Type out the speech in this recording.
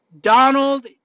Donald